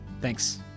Thanks